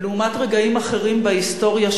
לעומת רגעים אחרים בהיסטוריה,